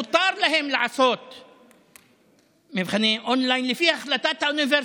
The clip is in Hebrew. מותר להם לעשות מבחני און-ליין לפי החלטת האוניברסיטה,